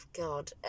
God